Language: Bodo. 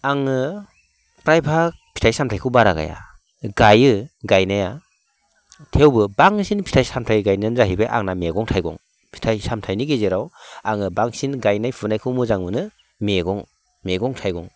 आङो प्रायभाग फिथाइ सामथायखौ बारा गाया गायो गायनाया थेवबो बांसिन फिथाइ सामथाय गायनायानो जाहैबाय आंना मैगं थाइगं फिथाइ सामथायनि गेजेराव आङो बांसिन गायनाय फुनायखौ मोजां मोनो मैगं मेगं थाइगं